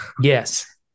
Yes